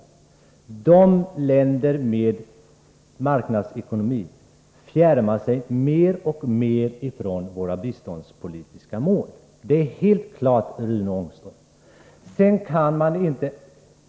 Länderna med marknadsekonomi fjärmar sig mer och mer från våra biståndspolitiska mål — det är helt klart, Rune Ångström.